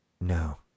No